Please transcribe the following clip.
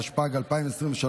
התשפ"ג 2023,